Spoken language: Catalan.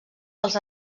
dels